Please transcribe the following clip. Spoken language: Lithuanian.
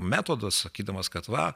metodus sakydamas kad va